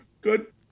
good